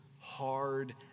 hard